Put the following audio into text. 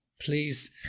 please